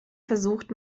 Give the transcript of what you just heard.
versucht